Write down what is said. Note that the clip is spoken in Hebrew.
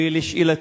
ולשאלתי,